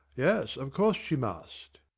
yes, of course she must.